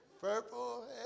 Purple